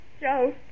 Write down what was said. Joe